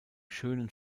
schönen